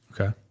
Okay